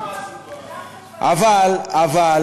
עדיף שפנפנים.